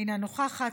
אינה נוכחת,